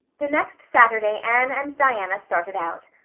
the next saturday anne and diana started out.